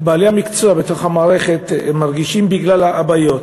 שבעלי המקצוע בתוך המערכת מרגישים בגלל הבעיות.